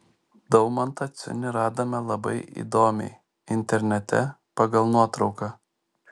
daumantą ciunį radome labai įdomiai internete pagal nuotrauką